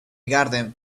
garden